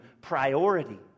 priority